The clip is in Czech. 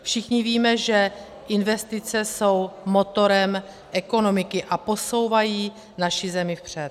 Všichni víme, že investice jsou motorem ekonomiky a posouvají naši zemi vpřed.